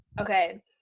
Okay